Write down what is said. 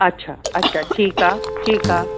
अच्छा अच्छा ठीकु आहे ठीकु आहे